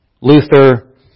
Luther